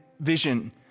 vision